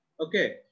okay